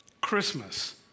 Christmas